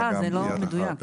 סליחה, זה לא מדויק.